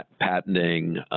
patenting